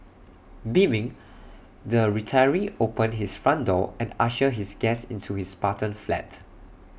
beaming the retiree opened his front door and ushered his guest into his Spartan flat